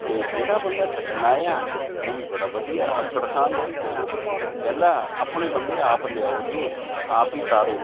ਅਤੇ ਜਿਹੜਾ ਬੰਦਾ ਛੱਡਣ ਆਇਆ ਉਹ ਵੀ ਬੜਾ ਵਧੀਆ ਆਕੜਖਾਨ ਸੀਗਾ ਕਹਿੰਦਾ ਆਪਣੇ ਬੰਦੇ ਆਪ ਲਿਆਓ ਜੀ ਆਪ ਹੀ ਉਤਾਰੋ